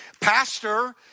pastor